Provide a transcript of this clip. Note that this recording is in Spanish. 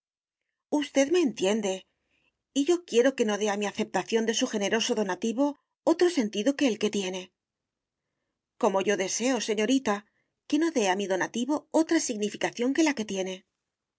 usted me entiende y yo quiero que no dé a mi aceptación de su generoso donativo otro sentido que el que tiene como yo deseo señorita que no dé a mi donativo otra significación que la que tiene